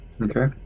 Okay